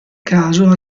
caso